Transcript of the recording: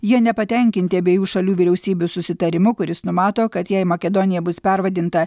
jie nepatenkinti abiejų šalių vyriausybių susitarimu kuris numato kad jei makedonija bus pervadinta